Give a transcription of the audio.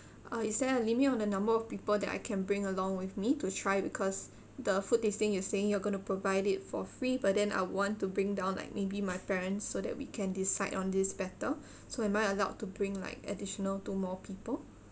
uh is there a limit on the number of people that I can bring along with me to try because the food tasting you're saying you're going to provide it for free but then I want to bring down like maybe my parents so that we can decide on this better so am I allowed to bring like additional two more people